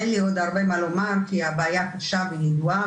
אין לי עוד הרבה מה לומר כי הבעיה קשה וידועה,